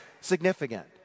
significant